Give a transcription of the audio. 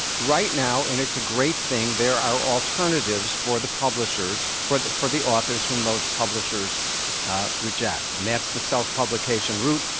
right now, and it's a great thing, there are alternatives for the publishers, for the for the authors whom those publishers reject. and that's the self publication route.